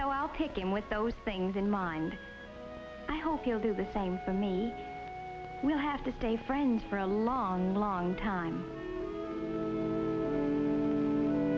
so i'll take him with those things in mind i hope he'll do the same for me we'll have to stay friends for a long long time